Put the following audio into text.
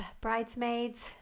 bridesmaids